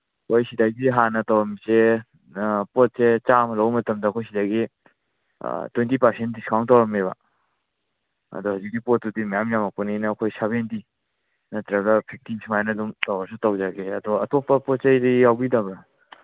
ꯃꯣꯏ ꯁꯤꯗꯩꯗꯤ ꯍꯥꯟꯅ ꯇꯧꯔꯝꯃꯤꯁꯦ ꯄꯣꯠꯁꯦ ꯆꯥꯝꯃ ꯂꯧ ꯃꯇꯝꯗ ꯑꯩꯈꯣꯏ ꯁꯤꯗꯒꯤ ꯇ꯭ꯋꯦꯟꯇꯤ ꯄꯥꯔꯁꯦꯟ ꯗꯤꯁꯀꯥꯎꯟ ꯇꯧꯔꯝꯃꯦꯕ ꯑꯗꯣ ꯍꯧꯖꯤꯛꯀꯤ ꯄꯣꯠꯇꯨꯗꯤ ꯃꯌꯥꯝ ꯌꯥꯝꯃꯛꯄꯅꯤꯅ ꯑꯩꯈꯣꯏ ꯁꯕꯦꯟꯇꯤ ꯅꯠꯇ꯭ꯔꯒ ꯐꯤꯐꯇꯤ ꯁꯨꯃꯥꯏꯅ ꯑꯗꯨꯝ ꯇꯧꯔꯁꯨ ꯇꯧꯖꯒꯦ ꯑꯗꯣ ꯑꯇꯣꯞꯞ ꯄꯣꯠ ꯆꯩꯗꯤ ꯌꯥꯎꯕꯤꯗꯕ꯭ꯔꯥ